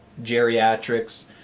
geriatrics